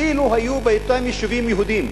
אילו היו באותם יישובים יהודים,